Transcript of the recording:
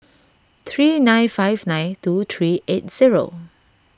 three nine five nine two three eight zero